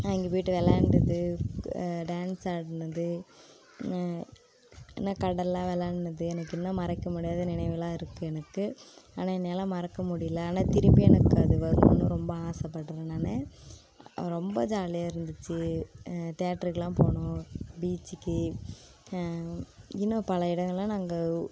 அங்கே போய்விட்டு விளாண்டது டான்ஸ் ஆடினது அந்த கடலில் விளாட்னது எனக்கு இன்னும் மறக்கமுடியாத நினைவுகளாக இருக்குது எனக்கு ஆனால் என்னையால் மறக்க முடியல ஆனால் திரும்பி எனக்கு அது வருணுன்னு ரொம்ப ஆசைப்பட்றேன் நான் ரொம்ப ஜாலியாக இருந்துச்சு தேட்ருக்கெலாம் போனோம் பீச்சுக்கு இன்னும் பல இடங்களெலாம் நாங்கள்